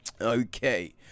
Okay